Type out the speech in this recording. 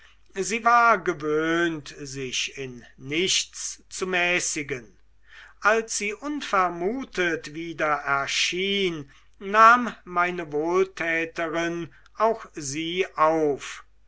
sie war gewöhnt sich in nichts zu mäßigen als sie unvermutet wieder erschien nahm meine wohltäterin auch sie auf